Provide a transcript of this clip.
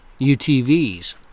UTVs